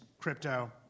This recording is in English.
crypto